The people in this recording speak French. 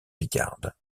picarde